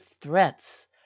threats